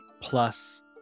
plus